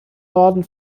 norden